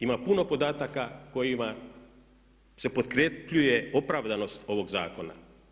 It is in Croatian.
Ima puno podataka kojima se potkrepljuje opravdanost ovog zakona.